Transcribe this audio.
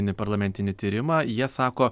ne parlamentinį tyrimą jie sako